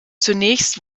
zunächst